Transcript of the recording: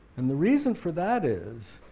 and the reason for that is,